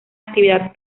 actividad